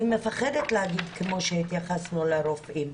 אני מפחדת להגיד "כמו שהתייחסנו לרופאים".